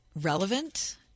Relevant